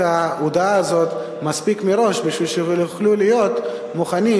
ההודעה הזאת מספיק זמן מראש בשביל שיוכלו להיות מוכנים,